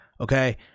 Okay